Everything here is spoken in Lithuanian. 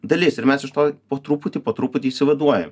dalis ir mes iš to po truputį po truputį išsivaduojam